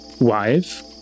wife